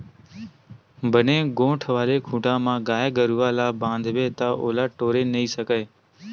बने मोठ्ठ वाले खूटा म गाय गरुवा ल बांधबे ता ओला टोरे नइ सकय